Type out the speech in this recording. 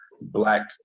black